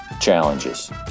challenges